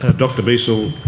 ah dr wiesel